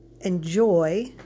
enjoy